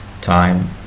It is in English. time